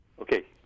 Okay